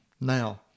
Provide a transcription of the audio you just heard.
Now